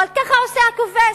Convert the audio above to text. אבל ככה עושה הכובש: